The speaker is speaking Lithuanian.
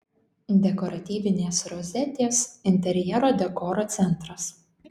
dekoratyvinės rozetės interjero dekoro centras